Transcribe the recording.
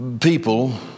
people